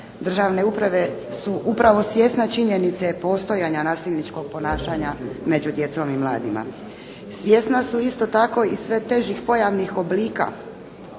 državne uprave su upravo svjesna činjenice postojanja nasilničkog ponašanja među djecom i mladima. Svjesna su isto tako i sve težih pojavnih oblika,